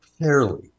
fairly